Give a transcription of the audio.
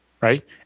right